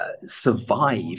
survive